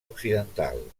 occidental